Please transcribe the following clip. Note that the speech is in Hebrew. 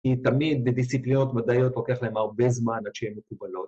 ‫היא תמיד בדיסציפלינות מדעיות ‫לוקח להן הרבה זמן עד שהן מקובלות.